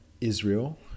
Israel